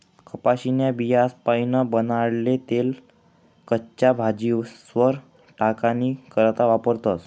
कपाशीन्या बियास्पाईन बनाडेल तेल कच्च्या भाजीस्वर टाकानी करता वापरतस